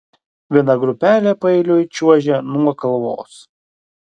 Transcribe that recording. viena grupelė paeiliui čiuožė nuo kalvos